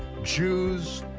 jews,